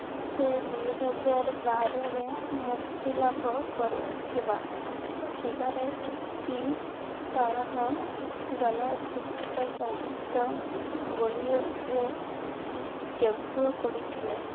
ସେ ଦୁଇହଜାର ବାରରେ ମୁକ୍ତିଲାଭ କରିଥିବା ସିଗାରେଟ୍ କି ତରହ ଚଳଚ୍ଚିତ୍ର ସହିତ ବଲିଉଡ଼ରେ ଡେବ୍ୟୁଟ୍ କରିଥିଲେ